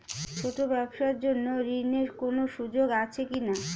ছোট ব্যবসার জন্য ঋণ এর কোন সুযোগ আছে কি না?